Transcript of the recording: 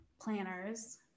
planners